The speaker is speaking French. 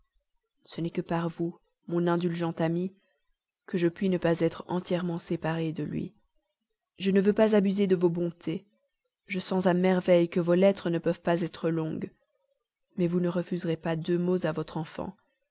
ce n'est que par vous mon indulgente amie que je puis ne pas être entièrement séparée de lui je ne veux pas abuser de vos bontés je sens à merveille que vos lettres ne peuvent pas être longues mais vous ne refuserez pas deux mots à votre enfant